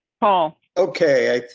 paul. okay.